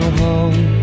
home